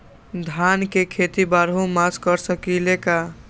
धान के खेती बारहों मास कर सकीले का?